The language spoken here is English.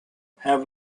have